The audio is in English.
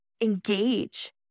engage